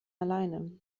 alleine